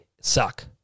suck